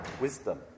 wisdom